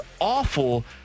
awful